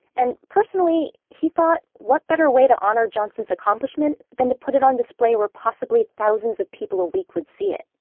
and personally, he thought what better way to honor johnson's accomplishment than to put it on display where possibly thousands of people a week would see it?